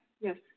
Yes